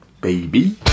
baby